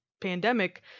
pandemic